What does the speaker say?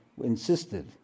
insisted